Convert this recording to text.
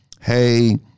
hey